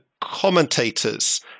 commentators